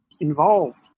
involved